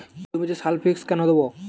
জমিতে সালফেক্স কেন দেবো?